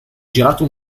girato